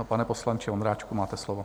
Pane poslanče Vondráčku, máte slovo.